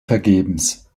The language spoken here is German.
vergebens